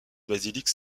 basilique